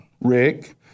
Rick